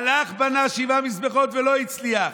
הלך, בנה שבעה מזבחות ולא הצליח.